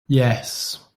yes